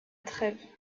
trèves